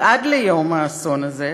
כי עד ליום האסון הזה